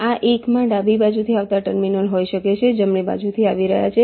આ 1 માં ડાબી બાજુથી આવતા ટર્મિનલ હોઈ શકે છે જમણી બાજુથી આવી રહ્યા છે